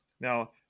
now